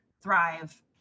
thrive